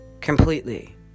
completely